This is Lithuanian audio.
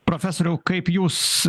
profesoriau kaip jūs